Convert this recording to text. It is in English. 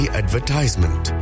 advertisement